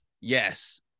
Yes